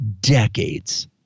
decades